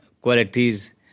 qualities